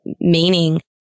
meaning